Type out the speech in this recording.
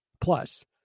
Plus